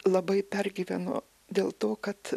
labai pergyveno dėl to kad